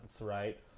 right